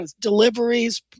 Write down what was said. deliveries